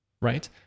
Right